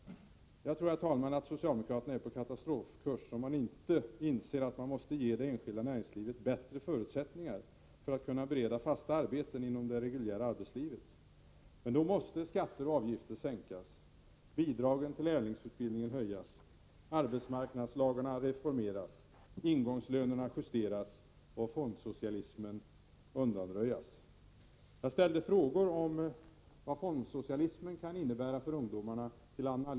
Jag tror, herr talman, att socialdemokraterna är på katastrofkurs om de inte inser att det enskilda näringslivet måste ges bättre förutsättningar för att bereda fasta arbeten inom det reguljära arbetslivet. Skatter och avgifter måste sänkas, bidragen till lärlingsutbildningen höjas, arbetsmarknadslagarna reformeras, ingångslönerna justeras och fondsocialismen undanröjas. Jag ställde frågor till Anna Lindh om vad fondsocialismen kan innebära för ungdomarna.